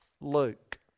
Luke